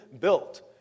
built